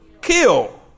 kill